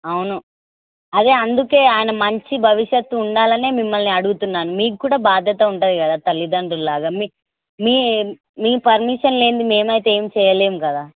అవును అదే అందుకని ఆయన మంచి భవిష్యత్తు ఉండాలని మిమ్మల్ని అడుగుతున్నాను మీకు కూడా బాధ్యత ఉంటుంది కదా తల్లిదండ్రుల లాగా మీక్ మీ మీ పర్మిషన్ లేనిది మేము అయితే ఏము చేయలేము కదా